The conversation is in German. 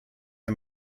der